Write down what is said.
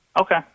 Okay